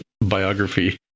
biography